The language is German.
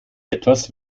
etwas